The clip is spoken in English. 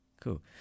cool